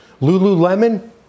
lululemon